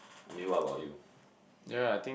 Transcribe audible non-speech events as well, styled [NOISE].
I mean what about you [NOISE]